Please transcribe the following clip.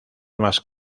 más